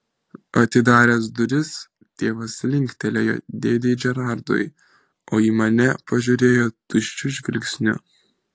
atidaręs duris tėvas linktelėjo dėdei džerardui o į mane pažiūrėjo tuščiu žvilgsniu